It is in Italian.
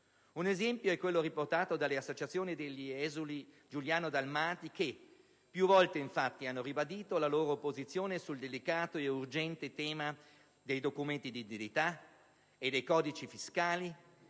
Un esempio è quello riportato dalle Associazioni degli esuli giuliano-dalmati che più volte, infatti, hanno ribadito la loro posizione sul delicato ed urgente tema dei documenti di identità e dei codici fiscali,